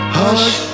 hush